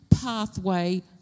pathway